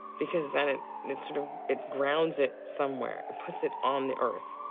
because then, it and it sort of. it grounds it somewhere. it puts it on the earth,